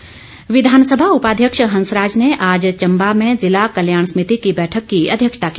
हंसराज विधानसभा उपाध्यक्ष हंसराज ने आज चम्बा में जिला कल्याण सभिति की बैठक की अध्यक्षता की